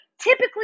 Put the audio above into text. typically